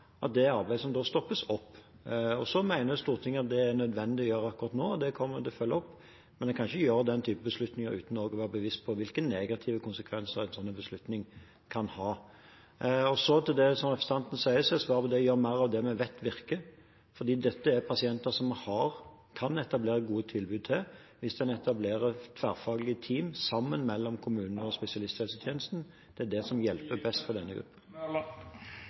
som da stoppes opp. Så mener Stortinget at dette er nødvendig å gjøre akkurat nå, og det kommer jeg til å følge opp, men en kan ikke gjøre den typen beslutninger uten også å være bevisst på hvilke negative konsekvenser en sånn beslutning kan ha. Til det representanten spør om, er svaret å gjøre mer av det vi vet virker, fordi dette er pasienter som en kan etablere gode tilbud til, hvis en etablerer tverrfaglige team mellom kommunene og spesialisthelsetjenesten. Det er det som hjelper best for denne